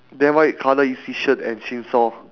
then white colour is his shirt and chainsaw